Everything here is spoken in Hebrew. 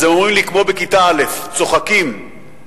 אז הם אומרים לי כמו בכיתה א': צוחקים ופוחדים,